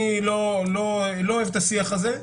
אני לא אוהב את השיח הזה,